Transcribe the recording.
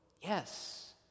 Yes